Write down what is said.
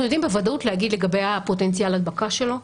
אנחנו יודעים בוודאות להגיד לגבי פוטנציאל ההדבקה שלו.